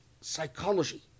psychology